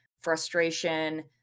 frustration